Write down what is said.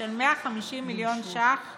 של 150 מיליון שקל